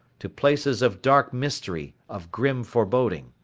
to places of dark mystery, of grim foreboding.